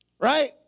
right